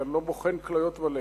כי אני לא בוחן כליות ולב,